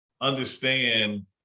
understand